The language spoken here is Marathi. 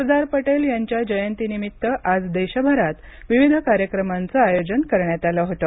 सरदार पटेल यांच्या जयंतीनिमित्त आज देशभरात विविध कार्यक्रमांचं आयोजन करण्यात आलं होतं